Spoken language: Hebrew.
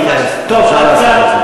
אפשר לעשות את זה.